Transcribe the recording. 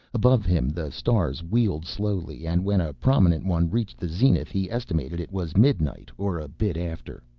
above him the stars wheeled slowly and when a prominent one reached the zenith he estimated it was midnight, or a bit after.